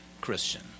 Christian